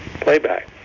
playback